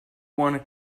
want